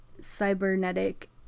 cybernetic